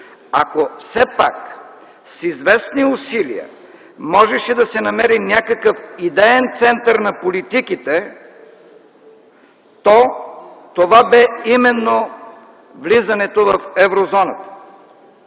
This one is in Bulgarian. ако все пак с известни усилия можеше да се намери някакъв идеен център на политиките, то това бе именно влизането в еврозоната.